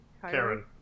Karen